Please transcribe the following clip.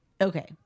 okay